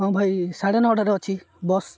ହଁ ଭାଇ ସାଢ଼େ ନଅଟାରେ ଅଛି ବସ୍